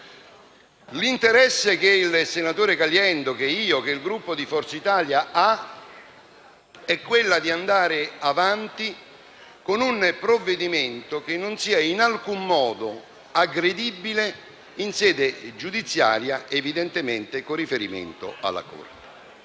L'interesse che il senatore Caliendo, io e il Gruppo di Forza Italia abbiamo è quello di andare avanti con un provvedimento che non sia in alcun modo aggredibile in sede giudiziaria, evidentemente con riferimento alla Corte